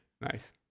Nice